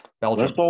belgium